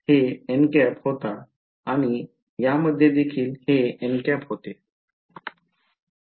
हे होते आणि यामध्ये देखील हे होते